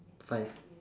five